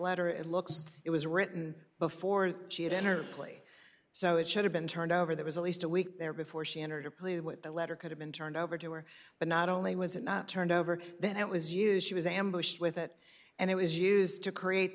letter it looks it was written before she would enter a plea so it should have been turned over there was at least a week there before she entered a plea with the letter could have been turned over to her but not only was it not turned over then it was used she was ambushed with it and it was used to create